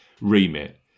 remit